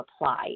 apply